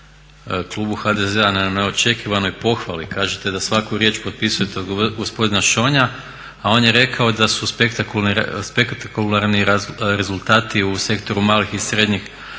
HDZ-a na neočekivanoj pohvali. Kažete da svaku riječ potpisujete od gospodina Šonja, a on je rekao da su spektakularni rezultati u sektoru malog i srednjeg